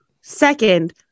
Second